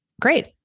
Great